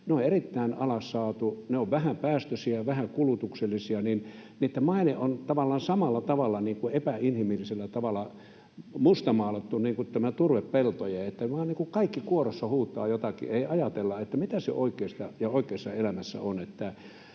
— on erittäin alas saatu, ne ovat vähäpäästöisiä, vähäkulutuksellisia, ja niitten maine on tavallaan samalla tavalla epäinhimillisellä tavalla mustamaalattu kuin turvepeltojen. Kaikki vain kuorossa huutavat jotakin, ei ajatella, mitä se oikeassa elämässä on.